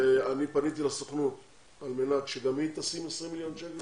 אני פניתי לסוכנות על מנת שהיא תשים 20 מיליון שקל